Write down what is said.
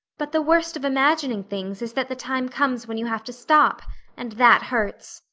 but the worst of imagining things is that the time comes when you have to stop and that hurts.